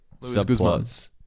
subplots